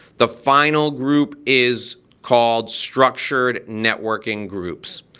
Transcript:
the final group is called structured networking groups.